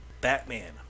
Batman